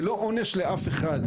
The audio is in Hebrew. זה לא עונש לאף אחד.